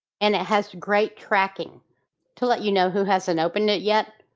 and it has great tracking to let you know who hasn't opened it yet,